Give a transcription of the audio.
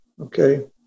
Okay